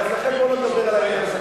לכן, בוא נדבר על העניין הזה.